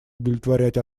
удовлетворять